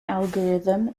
algorithm